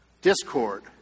discord